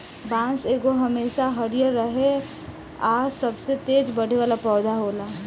बांस एगो हमेशा हरियर रहे आ सबसे तेज बढ़े वाला पौधा होला